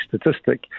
statistic